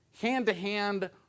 hand-to-hand